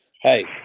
hey